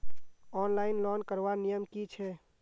Online loan करवार नियम की छे?